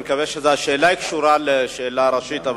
השאלה קשורה לשאלה ראשית.